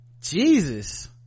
jesus